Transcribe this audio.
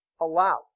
allowed